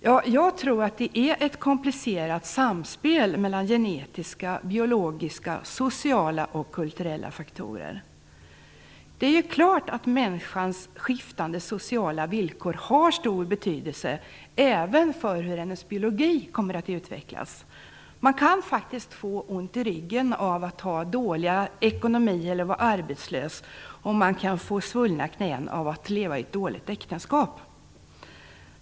Ja, jag tror att det är ett komplicerat samspel mellan genetiska, biologiska, sociala och kulturella faktorer. Det är klart att människans skiftande sociala villkor har stor betydelse, även för hur hennes biologi kommer att utvecklas. Man kan faktiskt få ont i ryggen av att ha dålig ekonomi eller av att vara arbetslös. Och man kan få svullna knän av att leva i ett dåligt äktenskap.